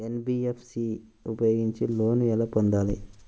NBFC ఉపయోగించి loan ఎలా పొందాలి?